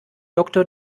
doktor